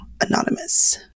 Anonymous